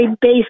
based